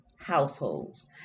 households